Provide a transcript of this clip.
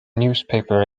newspaper